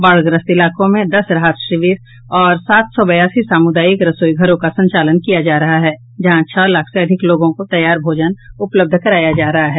बाढ़ग्रस्त इलाकों में दस राहत शिविर और सात सौ बयासी सामुदायिक रसोईघरों का संचालन किया जा रहा है जहां छह लाख से अधिक लोगों को तैयार भोजन उपलब्ध कराया जा रहा है